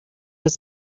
was